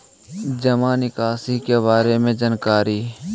जामा निकासी के बारे में जानकारी?